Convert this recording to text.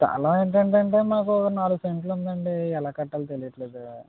చాలా ఏంటంటేటంటే ఒక నాలుగు సెంట్లు ఉందండి ఎలా కట్టాలో తెలియట్లేదు